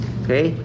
okay